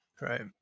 Right